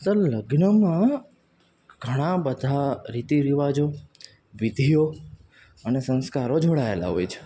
sir લગ્નમાં ઘણાબધા રીતિ રિવાજો વિધિઓ અને સંસ્કારો જોડાએલા હોય છે